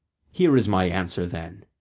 here is my answer then.